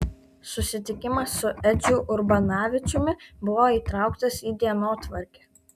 susitikimas su edžiu urbanavičiumi buvo įtrauktas į dienotvarkę